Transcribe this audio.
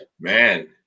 Man